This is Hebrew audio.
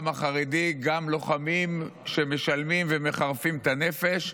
החרדי גם לוחמים שמשלמים ומחרפים את הנפש,